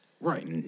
Right